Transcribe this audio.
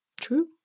True